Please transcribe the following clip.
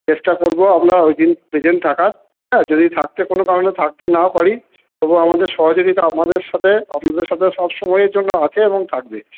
চেষ্টা করবো আমরা ওই দিন প্রেসেন্ট থাকার যদি থাকতে কোনো কারণে থাকতে নাও পারি তবু আমাদের সহযোগিতা আপনাদের সাথে আপনাদের সাথে সব সময়ের জন্য আছে এবং থাকবে